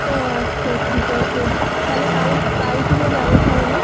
ও আচ্ছা ঠিক আছে তাহলে কাল কাল থেকে যাবো তাহলে